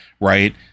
right